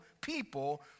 people